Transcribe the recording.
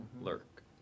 Lurk